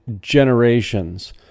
generations